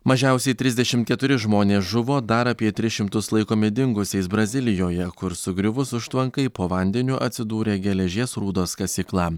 mažiausiai trisdešimt keturi žmonės žuvo dar apie tris šimtus laikomi dingusiais brazilijoje kur sugriuvus užtvankai po vandeniu atsidūrė geležies rūdos kasykla